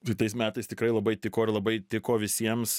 kitais metais tikrai labai tiko ir labai tiko visiems